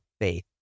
faith